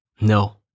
No